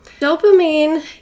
Dopamine